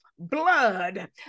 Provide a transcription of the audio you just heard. blood